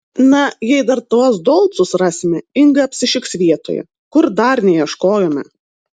na jei dar tuos dolcus rasime inga apsišiks vietoje kur dar neieškojome